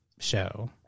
show